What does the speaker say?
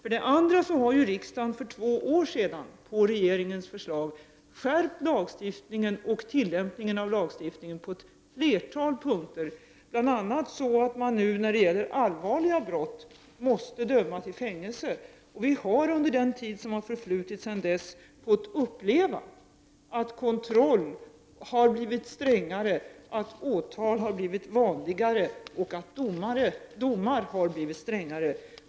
Riksdagen har ju för två år sedan på regeringens förslag skärpt lagstiftningen och tillämpningen av lagen på ett flertal punkter, bl.a. så att man nu när det gäller allvarliga brott måste döma till fängelse. Vi har under den tid som har förflutit sedan dess fått uppleva att kontrollen har blivit strängare, att åtal har blivit vanligare och att domar har blivit strängare.